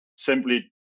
simply